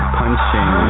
punching